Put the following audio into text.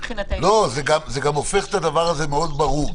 זה גם הופך את הדבר הזה מאוד ברור,